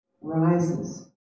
rises